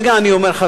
חברים יקרים,